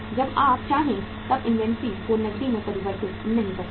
जब आप चाहें तब इन्वेंट्री को नकदी में परिवर्तित नहीं कर सकते